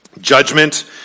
Judgment